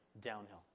downhill